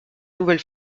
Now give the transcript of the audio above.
nouvelle